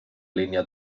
línia